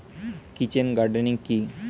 Kitchen gardening কি?